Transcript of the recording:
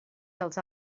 dels